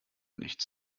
nichts